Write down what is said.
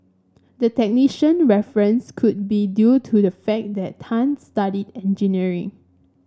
the technician reference could be due to the fact that Tan studied engineering